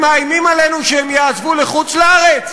הם מאיימים עלינו שהם יעזבו לחוץ-לארץ?